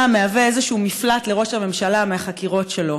מהווה איזשהו מפלט לראש הממשלה מהחקירות שלו?